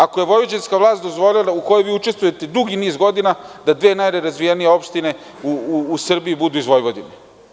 Kako je vojvođanska vlast dozvolila, u kojoj vi učestvujete, dugi niz godina, da dve najnerazvijenije opštine u Srbiji budu iz Vojvodine?